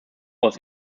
was